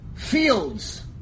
Fields